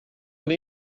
inch